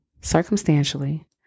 circumstantially